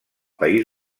país